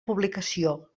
publicació